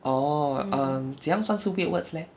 orh um 怎样算是 weird words leh